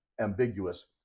ambiguous